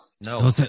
No